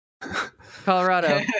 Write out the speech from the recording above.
Colorado